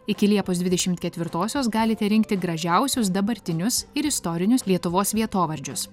iki liepos dvidešimt ketvirtosios galite rinkti gražiausius dabartinius ir istorinius lietuvos vietovardžius